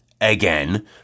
again